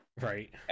right